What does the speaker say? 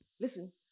Listen